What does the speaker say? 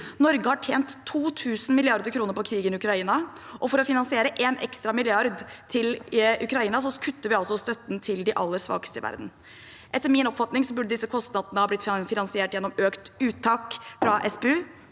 Norge har tjent 2 000 mrd. kr på krigen i Ukraina, og for å finansiere én ekstra milliard til Ukraina, kutter vi altså støtten til de aller svakeste i verden. Etter min oppfatning burde disse kostnadene ha blitt finansiert gjennom økt uttak fra SPU,